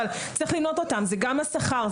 אבל צריך למנות אותם: זה השכר,